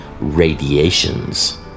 radiations